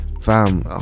fam